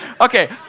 Okay